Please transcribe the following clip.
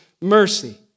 mercy